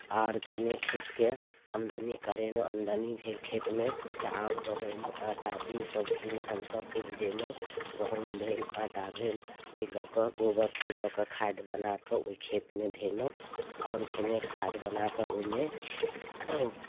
आओर किने खेतके आमदनी करेलहुँ आमदनी भेल खेतमे चाउर गहूम आँटा ईसभ किने हमसभ उपजेलहुँ गहूँम भेल आँटा भेल ओहि लऽ कऽ गोबरकेँ लऽ कऽ खाधि बना कऽ ओहि खेतमे धेलहुँ आओर किने खाद बना कऽ ओहिमे